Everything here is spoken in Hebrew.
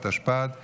התשפ"ד 2023,